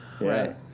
right